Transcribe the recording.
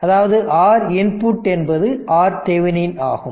அதாவது R input என்பது RThevenin ஆகும்